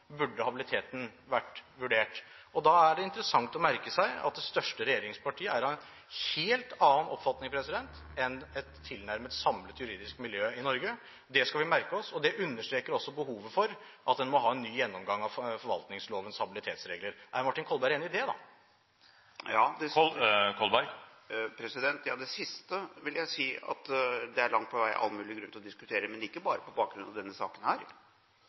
burde habiliteten vært vurdert. Da er det interessant å merke seg at det største regjeringspartiet er av en helt annen oppfatning enn et tilnærmet samlet juridisk miljø i Norge. Det skal vi merke oss, og det understreker også behovet for at vi må ha en ny gjennomgang av forvaltningslovens habilitetsregler. Er Martin Kolberg enig i det, da? Ja, det siste vil jeg si at det langt på vei er all mulig grunn til å diskutere, men ikke bare på bakgrunn av denne saken.